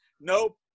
Nope